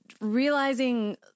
realizing